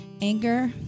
anger